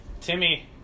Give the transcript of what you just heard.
Timmy